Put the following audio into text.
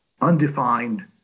undefined